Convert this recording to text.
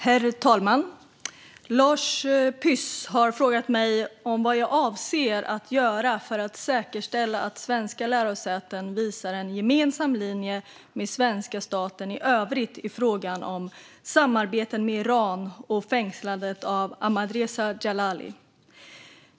Herr talman! Lars Püss har frågat mig vad jag avser att göra för att säkerställa att svenska lärosäten visar en gemensam linje med svenska staten i övrigt i frågan om samarbeten med Iran och fängslandet av Ahmadreza Djalali.